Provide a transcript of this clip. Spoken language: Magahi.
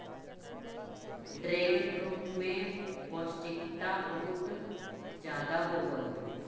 ड्रैगनफ्रूट में पौष्टिकता बहुत ज्यादा होवऽ हइ